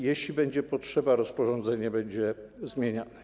Jeśli będzie potrzeba, rozporządzenie będzie zmieniane.